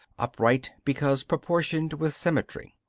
upright because proportioned with symmetry.